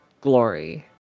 glory